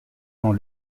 dans